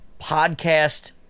podcast